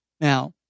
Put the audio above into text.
Now